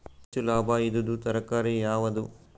ಹೆಚ್ಚು ಲಾಭಾಯಿದುದು ತರಕಾರಿ ಯಾವಾದು?